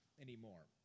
anymore